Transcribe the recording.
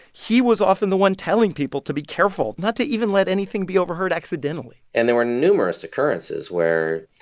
he was often the one telling people to be careful not to even let anything be overheard accidentally and there were numerous occurrences where,